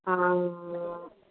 ਹਾਂ